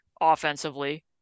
offensively